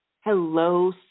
Hello